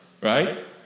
right